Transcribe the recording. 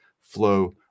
flow